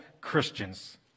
Christians